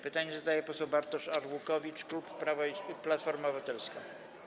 Pytanie zadaje poseł Bartosz Arłukowicz, klub Platforma Obywatelska.